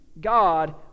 God